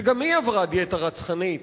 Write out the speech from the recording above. שגם היא עברה דיאטה רצחנית,